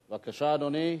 בבקשה, אדוני.